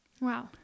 Wow